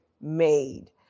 made